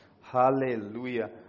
Hallelujah